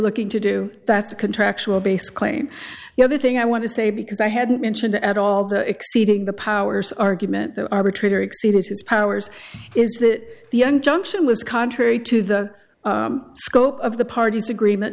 looking to do that's a contractual based claim the other thing i want to say because i hadn't mentioned at all the exceeding the powers argument the arbitrator exceeded his powers is that the young junction was contrary to the scope of the parties agreement